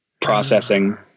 processing